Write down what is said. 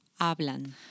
hablan